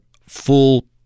full